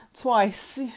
Twice